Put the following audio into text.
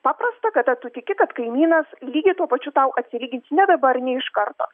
paprasta kada tu tiki kad kaimynas lygiai tuo pačiu tau atsilygins ne dabar ne iš karto